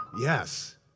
yes